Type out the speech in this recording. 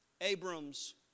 Abram's